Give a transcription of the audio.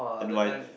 n_y